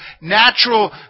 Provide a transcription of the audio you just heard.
natural